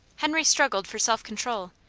henry struggled for self-control.